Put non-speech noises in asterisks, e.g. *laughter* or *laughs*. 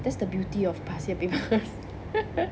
that's the beauty of past year papers *laughs*